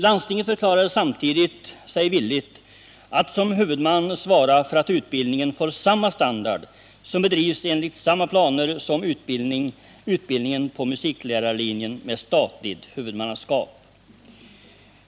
Landstinget förklarade sig samtidigt villigt att som huvudman svara för att utbildningen får samma standard och bedrivs enligt samma planer som utbildningen på musiklärarlinjen med statligt huvudmannaskap.